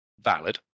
Valid